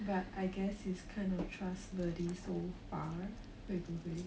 but I guess he's kind of trustworthy so far 会不会